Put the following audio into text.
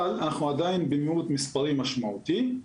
אבל אנחנו עדיין במיעוט מספרים משמעותי.